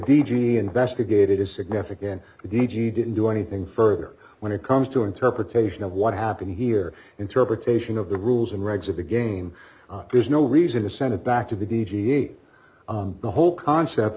a investigated is significant d g didn't do anything further when it comes to interpretation of what happened here interpretation of the rules and regs of the game there's no reason to send it back to the d g a the whole concept